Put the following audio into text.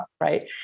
right